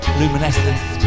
luminescence